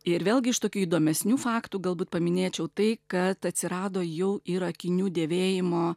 ir vėlgi iš tokių įdomesnių faktų galbūt paminėčiau tai kad atsirado jau ir akinių dėvėjimo